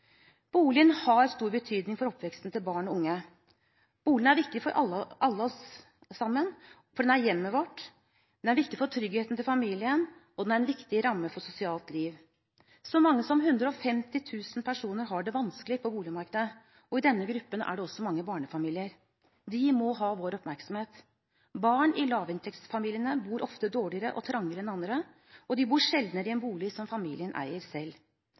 Boligen har stor betydning for oppveksten til barn og unge. Boligen er viktig for oss alle sammen, for den er hjemmet vårt. Den er viktig for tryggheten til familien. Og den er en viktig ramme for sosialt liv. Så mange som 150 000 personer har det vanskelig på boligmarkedet. I denne gruppen er det også mange barnefamilier. De må ha vår oppmerksomhet. Barn i lavinntektsfamiliene bor ofte dårligere og trangere enn andre, og de bor sjeldnere i en bolig som familien eier selv.